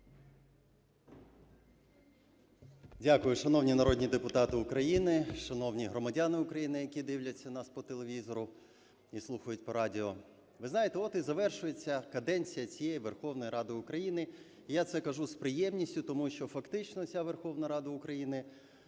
Дякую. Шановні народні депутати України, шановні громадяни України, які дивляться нас по телевізору і слухають по радіо! Ви знаєте, от і завершується каденція цієї Верховної Ради України. Я це кажу з приємністю, тому що фактично ця Верховна Рада України